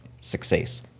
success